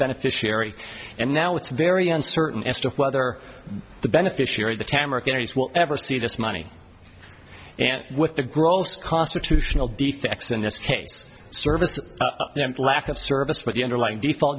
beneficiary and now it's very uncertain as to whether the beneficiary the tamar carries will ever see this money and what the gross constitutional defects in this case services lack of service but the underlying d